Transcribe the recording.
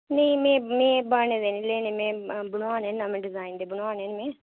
नेई नेई में बने दे नी लेने में बनोआने नमें डिजाइन दे बनोआने न में